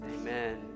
Amen